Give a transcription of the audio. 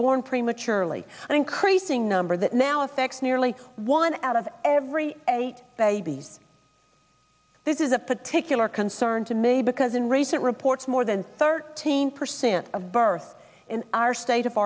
born prematurely an increasing number that now affects nearly one out of every eight babies this is a particular concern to me because in recent reports more than thirteen percent of birth in our state of